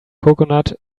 coconut